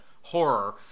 horror